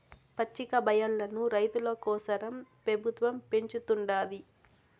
పచ్చికబయల్లను రైతుల కోసరం పెబుత్వం పెంచుతుండాది